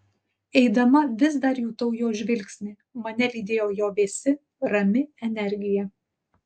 eidama vis dar jutau jo žvilgsnį mane lydėjo jo vėsi rami energija